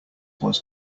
was